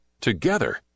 Together